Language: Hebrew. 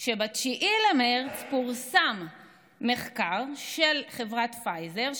ב-9 במרץ פורסם מחקר של חברת פייזר,